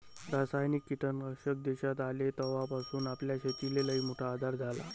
रासायनिक कीटकनाशक देशात आले तवापासून आपल्या शेतीले लईमोठा आधार झाला